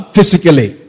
Physically